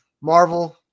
Marvel –